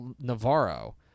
Navarro